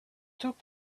took